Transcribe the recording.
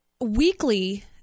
Weekly